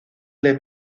les